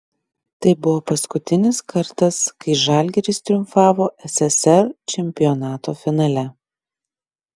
tai buvo paskutinis kartas kai žalgiris triumfavo sssr čempionato finale